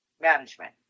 management